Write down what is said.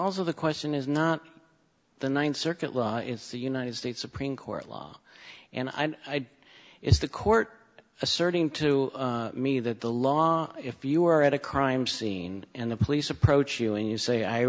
also the question is not the ninth circuit it's the united states supreme court law and i is the court asserting to me that the law if you are at a crime scene and the police approach you and you say i